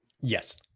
Yes